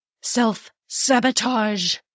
self-sabotage